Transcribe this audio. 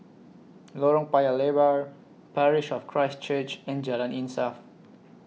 Lorong Paya Lebar Parish of Christ Church and Jalan Insaf